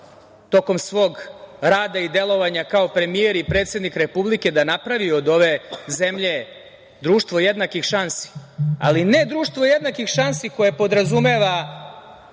tokom svog rada i delovanja kao premijer i predsednik Republike da napravi od ove zemlje društvo jednakih šansi, ali ne društvo jednakih šansi koje podrazumeva